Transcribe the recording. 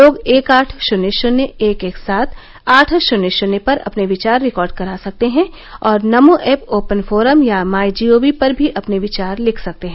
लोग एक आठ शुन्य शुन्य एक एक सात आठ शुन्य शुन्य पर अपने विचार रिकॉर्ड करा सकते हैं और नमो ऐप ओपन फोरम या माई जीओवी पर भी अपने विचार लिख सकते हैं